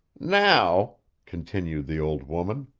now' continued the old woman,